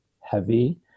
heavy